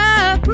up